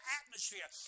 atmosphere